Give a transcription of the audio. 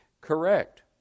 correct